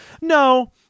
no